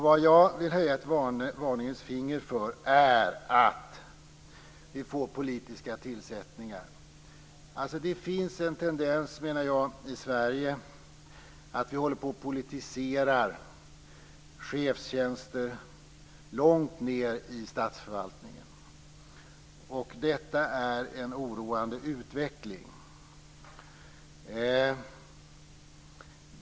Vad jag vill höja ett varningens finger för är att vi får politiska tillsättningar. Det finns en tendens, menar jag, i Sverige att vi håller på och politiserar chefstjänster långt ned i statsförvaltningen. Detta är en oroande utveckling.